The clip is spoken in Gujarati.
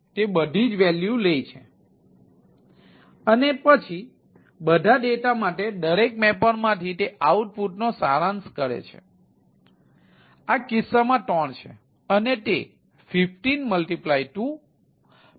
તે બધી જ વૅલ્યુ લે છે અને પછી બધા ડેટા માટે દરેક મેપરમાંથી તે આઉટપુટનો સારાંશ કરે છે આ કિસ્સામાં 3 છે